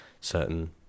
certain